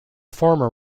former